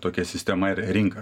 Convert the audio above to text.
tokia sistema ir rinka